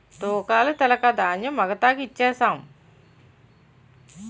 తూకాలు తెలక ధాన్యం మగతాకి ఇచ్ఛేససము